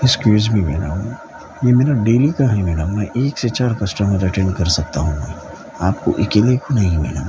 excuse me madam یہ میرا daily کا ہے میڈم میں ایک سے چار کسٹمر اٹینڈ کر سکتا ہوں میں آپ کو اکیلے نہیں میڈم